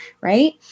right